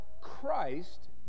christ